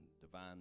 divine